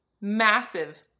Massive